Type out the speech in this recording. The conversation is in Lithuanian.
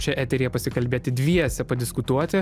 čia eteryje pasikalbėti dviese padiskutuoti